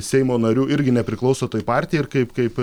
seimo narių irgi nepriklauso toj partijoj ir kaip kaip